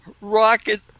rocket